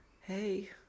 hey